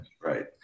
right